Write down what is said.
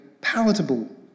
palatable